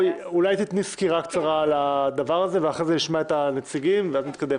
נשמע סקירה, ואחרי זה את הנציגים ואז נתקדם.